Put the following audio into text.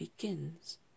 begins